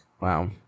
Wow